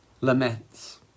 laments